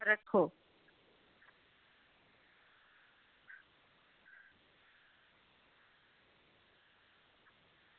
रक्खो